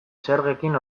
zergekin